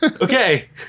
Okay